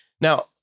Now